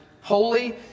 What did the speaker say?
holy